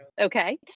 Okay